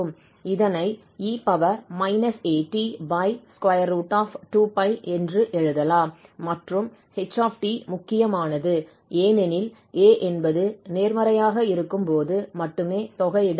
இதனைe at2π என்று எழுதலாம் மற்றும் 𝐻𝑡 முக்கியமானது ஏனெனில் a என்பது நேர்மறையாக இருக்கும்போது மட்டுமே தொகையிடல் இருக்கும்